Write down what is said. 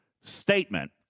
statement